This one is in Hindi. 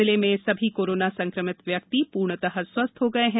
जिले में सभी कोरोना संक्रमित व्यक्ति पूर्णतः स्वस्थ्य हो गये हैं